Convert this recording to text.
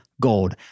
gold